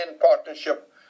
partnership